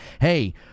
Hey